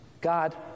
God